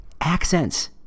Accents